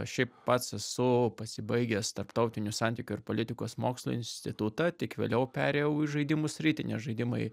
šiaip pats esu pasibaigęs tarptautinių santykių ir politikos mokslų institutą tik vėliau perėjau į žaidimų sritį nes žaidimai